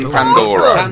Pandora